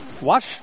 Watch